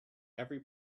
every